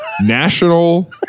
national